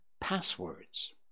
passwords